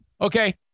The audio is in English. Okay